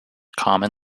common